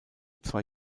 zwei